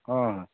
ᱦᱮᱸ